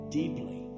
deeply